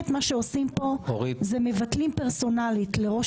מה שעושים פה זה מבטלים פרסונלית לראש